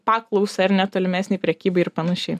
paklausą ir net tolimesnį prekybą ir panašiai